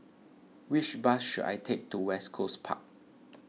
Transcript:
which bus should I take to West Coast Park